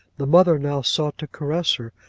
the mother now sought to caress her,